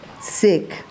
sick